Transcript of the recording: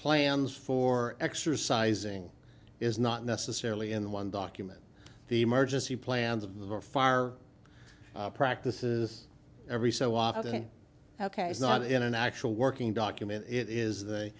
plans for exercising is not necessarily in one document the emergency plans of the far practices every so often ok it's not in an actual working document it is the